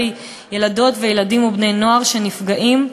ילדות וילדים ובני-נוער שנפגעים,